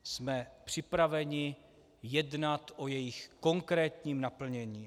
Jsme připraveni jednat o jejich konkrétním naplnění.